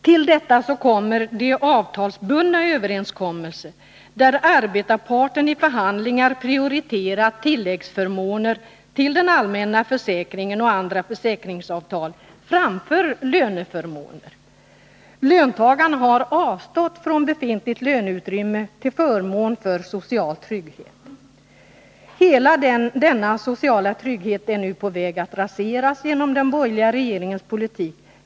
Till detta kommer de avtalsbundna överenskommelser, där arbetstagarparten i förhandlingar prioriterat tilläggsförmåner till den allmänna försäkringen och andra försäkringsavtal, framför löneförmåner. Löntagarna har avstått från befintligt löneutrymme till förmån för social trygghet. Hela denna sociala trygghet är nu på väg att raseras genom den borgerliga regeringens politik.